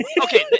okay